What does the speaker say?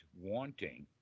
wanting